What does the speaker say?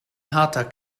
harter